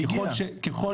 ככל